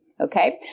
Okay